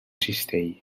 cistell